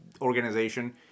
organization